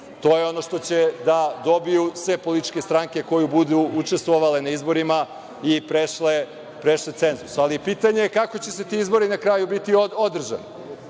je ono što će da dobiju sve političke stranke koje budu učestvovale na izborima i prešle cenzus. Ali, pitanje je kako će ti izbori na kraju biti održani,